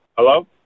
Hello